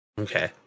Okay